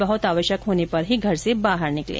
बहुत आवश्यक होने पर ही घर से बाहर निकलें